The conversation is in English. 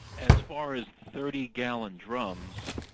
as far as thirty gallon drums,